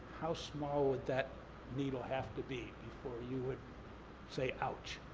how small would that needle have to be before you would say ouch?